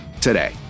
today